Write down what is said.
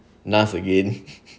naz again